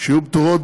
שיהיו פטורות,